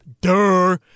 Duh